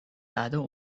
dado